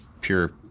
pure